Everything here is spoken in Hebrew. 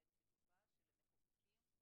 כי אני בטוחה שלמחוקקים,